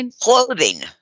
clothing